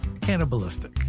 cannibalistic